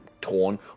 torn